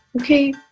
Okay